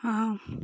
हाँ